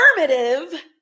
affirmative